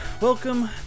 Welcome